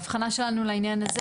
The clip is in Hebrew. ההבחנה שלנו לעניין הזה,